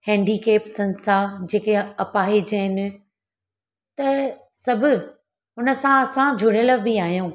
handicaps संस्था जेके अपाहिज आहिनि त सभु हुन सां असां जुड़ियल बि आहियूं